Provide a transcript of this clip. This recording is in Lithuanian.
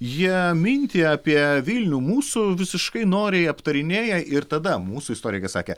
jie mintija apie vilnių mūsų visiškai noriai aptarinėja ir tada mūsų istorikai sakė